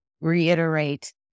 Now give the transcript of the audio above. reiterate